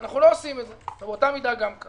צורכי המשק